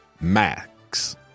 MAX